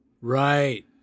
Right